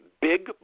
Big